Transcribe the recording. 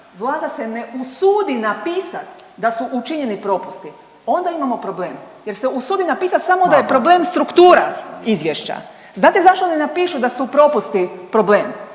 vlada se ne usudi napisat da su učinjeni propusti onda imamo problem jer se usudi napisat samo da je problem struktura izvješća. Znate zašto ne napišu da su propusti problem?